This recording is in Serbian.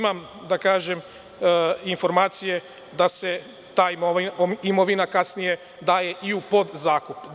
Imam informacije da se ta imovina kasnije daje i u podzakup.